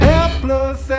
Helpless